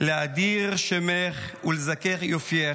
// להאדיר שמך ולזכך יופייך,